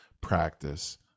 practice